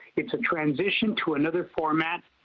it is a transition to another format.